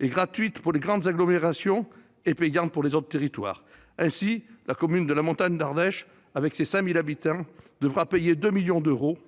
gratuite pour les grandes agglomérations et payante pour les autres territoires. Ainsi, la communauté de communes de la Montagne d'Ardèche, avec ses 5 000 habitants, devra payer 2 millions d'euros.